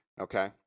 Okay